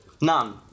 None